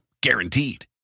Guaranteed